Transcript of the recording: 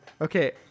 okay